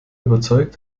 überzeugt